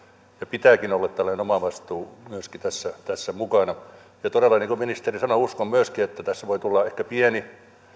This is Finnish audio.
pitääkin olla tällainen omavastuu myöskin tässä tässä mukana todella niin kuin ministeri sanoi uskon myöskin että tässä voi tulla ehkä pieni